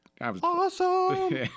awesome